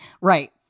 Right